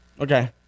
Okay